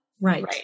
Right